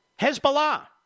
Hezbollah